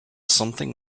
something